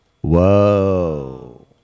Whoa